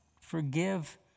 Forgive